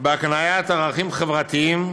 על כך, בהקניית ערכים חברתיים,